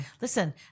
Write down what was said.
Listen